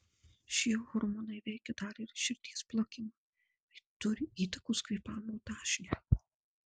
šie hormonai veikia dar ir širdies plakimą bei turi įtakos kvėpavimo dažniui